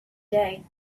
day